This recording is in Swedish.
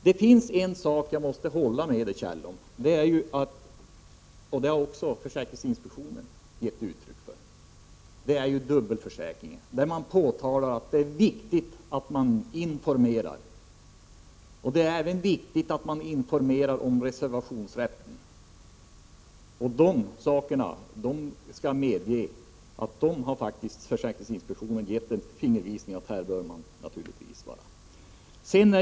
Det är en sak som jag måste hålla med Kjell Ericsson om, nämligen det han sade om dubbelförsäkringarna. Också försäkringsinspektionen har givit uttryck för att det är viktigt att man informerar, även om reservationsrätten. Jag skall medge att försäkringsinspektionen har givit en fingervisning om att man bör bättra sig i det avseendet.